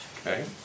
Okay